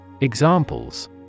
Examples